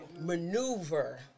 maneuver